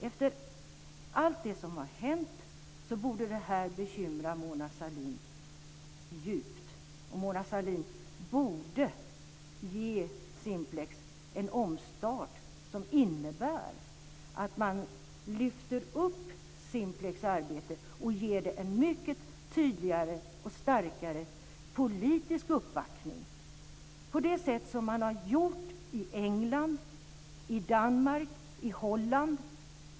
Efter allt det som har hänt borde detta bekymra Mona Sahlin djupt, och Mona Sahlin borde ge Simplex en omstart som innebär att man lyfter upp Simplex arbete och ger det en mycket tydligare och starkare politisk uppbackning på det sätt som man har gjort i England, Danmark och Holland.